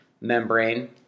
membrane